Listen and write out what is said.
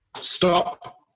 stop